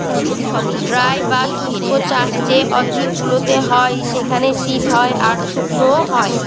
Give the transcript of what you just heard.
dry বা শুস্ক চাষ যে অঞ্চল গুলোতে হয় সেখানে শীত হয় আর শুকনো হয়